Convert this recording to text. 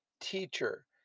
Teacher